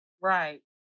Right